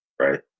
Right